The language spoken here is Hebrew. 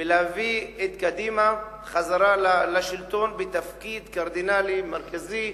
ולהביא את קדימה חזרה לשלטון בתפקיד קרדינלי מרכזי,